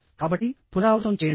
కాబట్టి పునరావృతం చేయండి